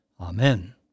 Amen